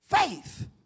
faith